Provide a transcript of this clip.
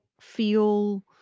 feel